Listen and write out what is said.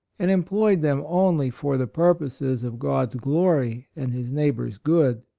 and employed them only for the purposes of god's glory and his neighbor's good,